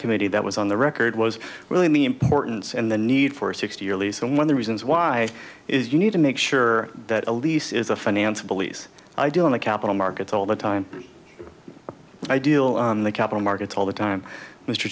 committee that was on the record was really importance and the need for a sixty year lease and when the reasons why is you need to make sure that a lease is a finance police i do in the capital markets all the time i deal in the capital markets all the time mr